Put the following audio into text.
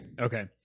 Okay